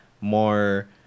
more